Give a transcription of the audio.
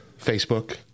Facebook